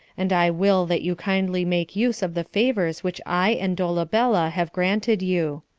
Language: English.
and i will that you kindly make use of the favors which i and dolabella have granted you.